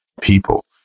people